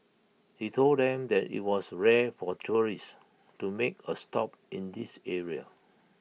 he told them that IT was rare for tourists to make A stop in this area